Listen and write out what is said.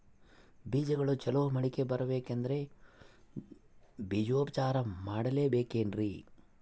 ಬೇಜಗಳು ಚಲೋ ಮೊಳಕೆ ಬರಬೇಕಂದ್ರೆ ಬೇಜೋಪಚಾರ ಮಾಡಲೆಬೇಕೆನ್ರಿ?